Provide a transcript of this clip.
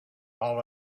all